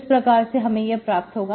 इस प्रकार से हमें यह प्राप्त होगा